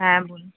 হ্যাঁ বলুন